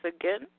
again